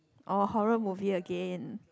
oh horror movie again